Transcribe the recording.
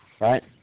Right